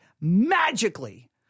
Magically